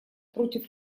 против